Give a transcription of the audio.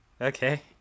okay